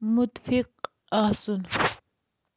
مُتفِق آسُن